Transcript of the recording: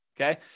Okay